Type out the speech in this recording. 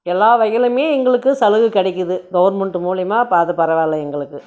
எல்லா வகையிலும் எங்களுக்கு சலுகை கிடைக்குது கவுர்மெண்ட் மூலியமாக இப்போ அது பரவாயில்ல எங்களுக்கு